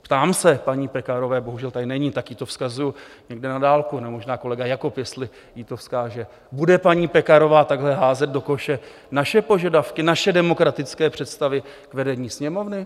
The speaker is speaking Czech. Ptám se paní Pekarové bohužel tady není, tak jí to vzkazuju někde na dálku, nebo možná kolega Jakob, jestli jí to vzkáže: Bude paní Pekarová takhle házet do koše naše požadavky, naše demokratické představy vedení Sněmovny?